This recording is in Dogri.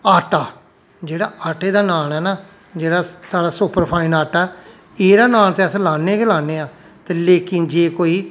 आटा जेहड़ा आटे दे नान ऐ ना जेहड़ा साढ़ा सुपरफाइन आटा ऐ एहदा नाॅन ते अस लान्ने गै लान्ने आं ते लेकिन जे कोई